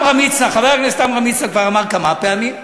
חבר הכנסת עמרם מצנע כבר אמר כמה פעמים,